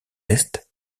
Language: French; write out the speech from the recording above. est